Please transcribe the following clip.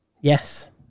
Yes